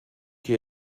que